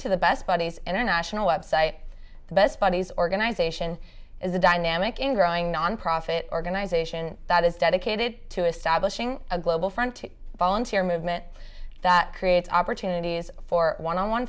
to the best buddies international website the best buddies organization is a dynamic in growing nonprofit organization that is dedicated to establishing a global fund to volunteer movement that creates opportunities for one on one